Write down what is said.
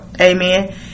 Amen